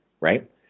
right